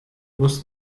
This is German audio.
muss